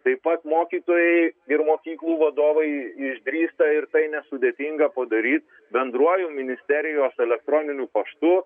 taip pat mokytojai ir mokyklų vadovai išdrįsta ir tai nesudėtinga padary bendruoju ministerijos elektroniniu paštu